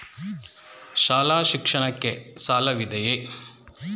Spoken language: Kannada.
ಶಾಲಾ ಶಿಕ್ಷಣಕ್ಕೆ ಸಾಲವಿದೆಯೇ?